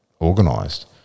organised